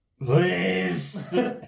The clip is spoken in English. Please